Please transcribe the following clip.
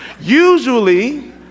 Usually